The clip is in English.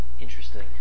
interesting